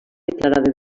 declarada